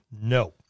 No